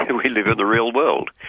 and we live in the real world.